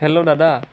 hello দাদা